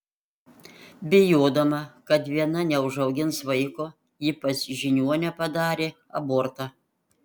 bijodama kad viena neužaugins vaiko ji pas žiniuonę padarė abortą